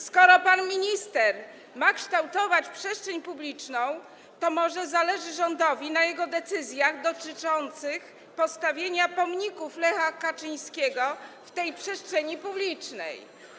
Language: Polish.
Skoro pan minister ma kształtować przestrzeń publiczną, to może zależy rządowi na jego decyzjach dotyczących postawienia pomników Lecha Kaczyńskiego w tej przestrzeni publicznej.